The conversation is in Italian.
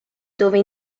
dove